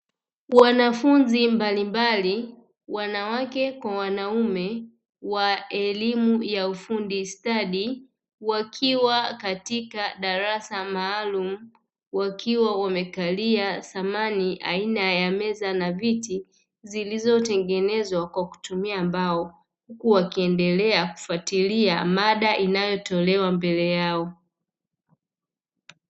Wanafunzi mbalimbali, wanawake kwa wanaume wa elimu ya ufundi stadi wakiwa katika darasa maalumu, wakiwa wamekalia samani aina ya meza na viti zilizotengenezwa kwa kutumia mbao, huku wakiendelea kufuatilia mada inayotolewa mbele yao.